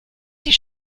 sie